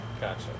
Gotcha